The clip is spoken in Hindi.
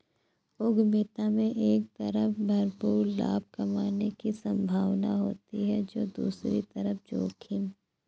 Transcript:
उद्यमिता में एक तरफ भरपूर लाभ कमाने की सम्भावना होती है तो दूसरी तरफ जोखिम